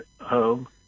home